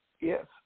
Yes